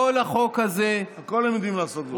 בכל החוק הזה, הכול הם יודעים לעשות.